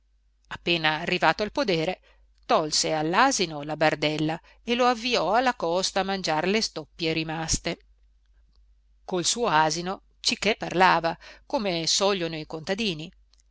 appena arrivato al podere tolse all'asino la bardella e lo avviò alla costa a mangiar le stoppie rimaste col suo asino cichè parlava come sogliono i contadini